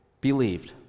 believed